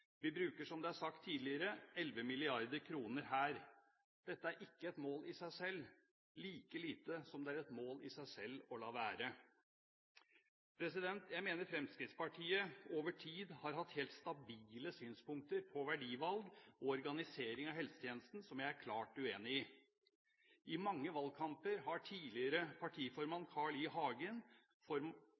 Vi bruker, som det er sagt tidligere, 11 mrd. kr her. Dette er ikke et mål i seg selv, like lite som det er et mål i seg selv å la være. Jeg mener Fremskrittspartiet over tid har hatt helt stabile synspunkter på verdivalg og organisering av helsetjenesten som jeg er klart uenig i. I mange valgkamper har tidligere partiformann, Carl I. Hagen,